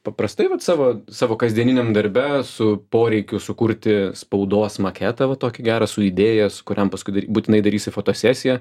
paprastai vat savo savo kasdieniniam darbe su poreikiu sukurti spaudos maketą va tokį gerą su idėja su kuriam paskui būtinai darysi fotosesiją